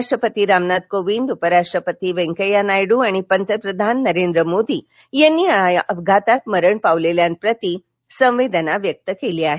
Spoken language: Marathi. राष्ट्रपती रामनाथ कोविंद उपराष्ट्रपती वेंकय्या नायडू आणि पंतप्रधान नरेंद्र मोदी यांनी या अपघातात मरण पावलेल्यांप्रती संवेदना व्यक्त केल्या आहेत